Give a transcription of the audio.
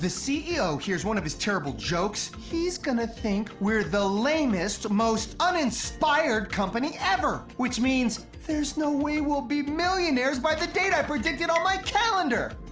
ceo hears one of his terrible jokes, he's gonna think we're the lamest, most uninspired company ever! which means there's no way we'll be millionaires by the date i predicted on my calendar.